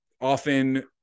often